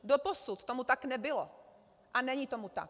Doposud tomu tak nebylo a není tomu tak.